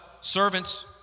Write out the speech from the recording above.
servants